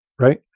right